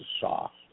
soft